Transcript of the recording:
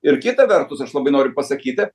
ir kita vertus aš labai noriu pasakyti